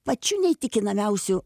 pačių neįtikinamiausių